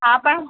હા પણ